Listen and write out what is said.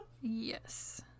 Yes